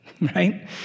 Right